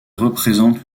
représentent